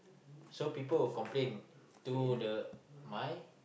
so people will complain to the my